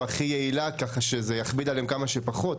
הכי יעילה כך שזה יכביד עליהם כמה שפחות,